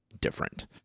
different